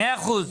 מאה אחוז.